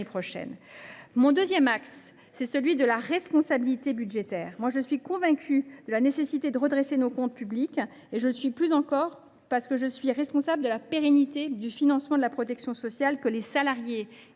prochaine. Mon deuxième axe est celui de la responsabilité budgétaire. Je suis convaincue de la nécessité du redressement de nos comptes publics, et ce d’autant plus que je suis responsable de la pérennité du financement de la protection sociale, que les salariés